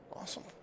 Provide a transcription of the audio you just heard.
Awesome